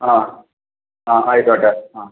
ആ ആ ആയിക്കോട്ടെ ആ